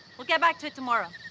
we'll get back to it tomorrow.